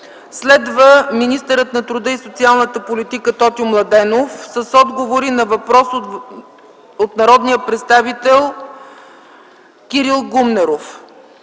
Следва министърът на труда и социалната политика Тотю Младенов с отговори на въпрос от народния представител Кирил Гумнеров.